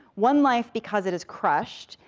one life because it is crushed,